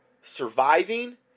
surviving